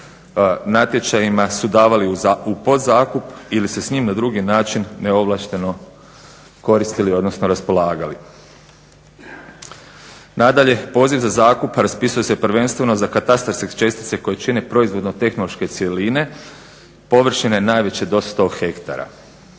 natječajima su davali u podzakup ili se s njim na drugi način neovlašteno koristili odnosno raspolagali. Nadalje, poziv za zakup raspisuje se prvenstveno za katastarske čestice koje čine proizvodno tehnološke cjeline površine najveće do 100 hektara.